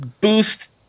boost